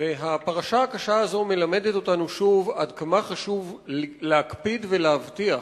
הפרשה הקשה הזאת מלמדת אותנו שוב עד כמה חשוב להקפיד ולהבטיח